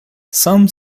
some